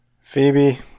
Phoebe